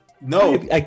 No